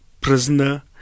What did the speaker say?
prisoner